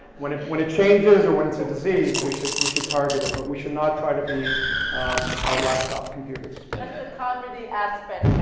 when it when it changes or when it's a disease, we should we should target it. but we should not try to be our laptop computers. that's and and the comedy aspect